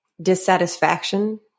dissatisfaction